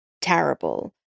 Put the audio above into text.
terrible